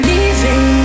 Leaving